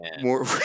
more